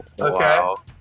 okay